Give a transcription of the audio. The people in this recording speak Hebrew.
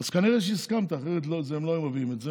אז כנראה שהסכמת, אחרת הם לא היו מביאים את זה.